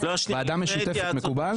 ועדה משותפת זה דבר מקובל?